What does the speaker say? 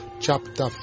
chapter